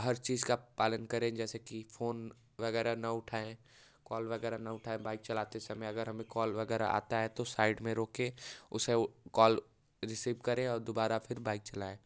हर चीज का पालन करें जैसे कि फोन वगैरह न उठाएं कॉल वगैरह न उठाएं बाइक चलाते समय अगर हमें कॉल वगैरह आता है तो साइड में रोके उसे कॉल रिसीव करें और दोबारा फिर बाइक चलाएं